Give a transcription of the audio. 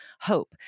hope